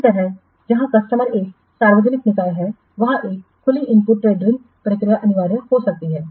इसी तरह जहां कस्टमर एक सार्वजनिक निकाय है वहां एक खुली इनपुट टेंडरिंग प्रक्रिया अनिवार्य हो सकती है